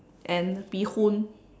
and bee hoon